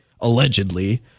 allegedly